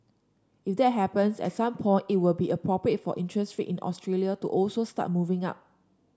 if that happens at some point it will be appropriate for interest rate in Australia to also start moving up